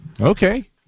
okay